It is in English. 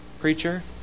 preacher